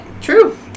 True